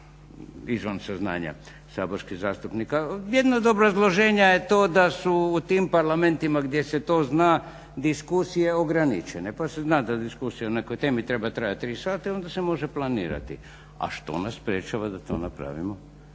izvan saznanja saborskih zastupnika. Jedno od obrazloženja je to da su u tim parlamentima gdje se to zna diskusije ograničene. Pa se zna da diskusija o nekoj temi treba trajati tri sata i onda se može planirati. A što nas sprečava da to napravimo?